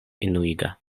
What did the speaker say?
enuiga